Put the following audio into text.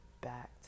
back